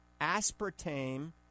aspartame